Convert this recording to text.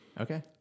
okay